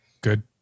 good